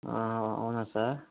అవునా సార్